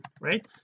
right